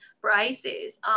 prices